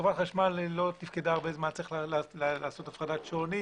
חברת חשמל לא תפקדה הרבה זמן אז צריך לעשות הפרדת שעונים